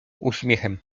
uśmiechem